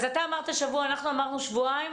אז אתה אמרת שבוע, ואנחנו אמרנו שבועיים.